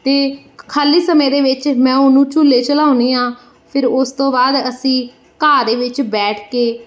ਅਤੇ ਖਾਲੀ ਸਮੇਂ ਦੇ ਵਿੱਚ ਮੈਂ ਉਹਨੂੰ ਝੂਲੇ ਝਲਾਉਂਦੀ ਹਾਂ ਫਿਰ ਉਸ ਤੋਂ ਬਾਅਦ ਅਸੀਂ ਘਾਹ ਦੇ ਵਿੱਚ ਬੈਠ ਕੇ